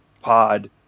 pod